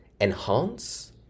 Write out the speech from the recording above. enhance